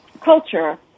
culture